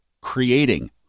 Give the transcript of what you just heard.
Creating